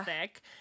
thick